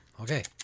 Okay